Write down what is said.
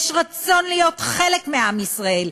יש רצון להיות חלק מעם ישראל,